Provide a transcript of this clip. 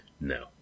No